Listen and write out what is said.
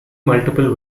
multiple